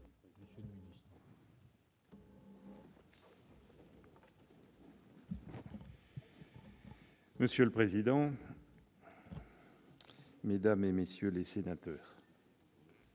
Monsieur le président, mesdames, messieurs les sénateurs,